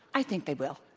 i think they will.